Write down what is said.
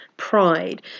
pride